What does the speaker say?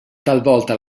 talvolta